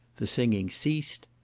the singing ceased,